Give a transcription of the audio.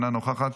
אינה נוכחת,